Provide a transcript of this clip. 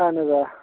اَہَن حظ آ